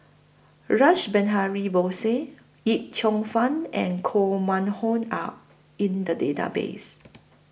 Rash Behari Bose Yip Cheong Fun and Koh Mun Hong Are in The Database